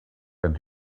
and